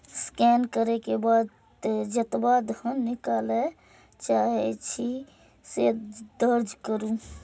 scan करै के बाद जेतबा धन निकालय चाहै छी, से दर्ज करू